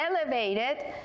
elevated